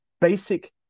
basic